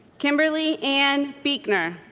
kimberly ann beichner